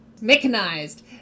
mechanized